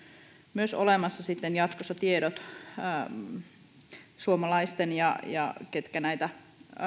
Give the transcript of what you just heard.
myös olemassa jatkossa suomalaisten ja ja muiden ketkä näitä